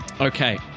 Okay